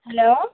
hello